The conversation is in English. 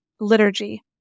liturgy